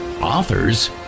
authors